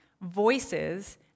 voices